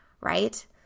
right